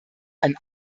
einen